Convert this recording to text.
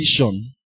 vision